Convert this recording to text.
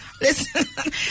listen